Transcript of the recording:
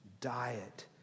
diet